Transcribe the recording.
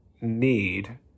need